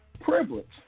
privilege